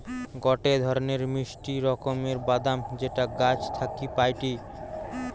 গটে ধরণের মিষ্টি রকমের বাদাম যেটা গাছ থাকি পাইটি